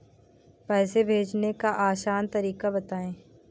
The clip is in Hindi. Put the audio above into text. पैसे भेजने का आसान तरीका बताए?